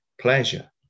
pleasure